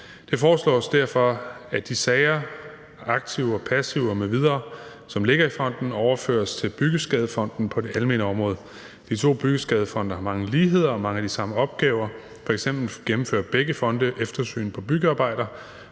Det foreslås derfor, at de sager, aktiver, passiver m.v., som ligger i fonden, overføres til Byggeskadefonden på det almene område. De to byggeskadefonde har mange ligheder og mange af de samme opgaver, f.eks. gennemfører begge fonde gennemsyn på byggearbejder,